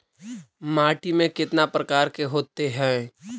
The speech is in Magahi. माटी में कितना प्रकार के होते हैं?